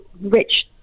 rich